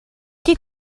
chi